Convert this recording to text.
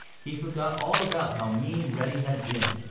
he forgot all about how mean reddy had been.